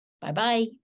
Bye-bye